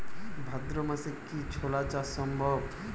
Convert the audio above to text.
ভাদ্র মাসে কি ছোলা চাষ সম্ভব?